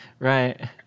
Right